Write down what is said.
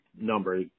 number